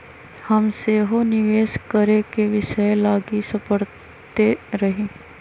हम सेहो निवेश करेके विषय लागी सपड़इते रही